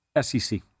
SEC